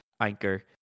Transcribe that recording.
anchor